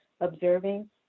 observing